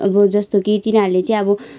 अब जस्तो कि तिनीहरूले चाहिँ अब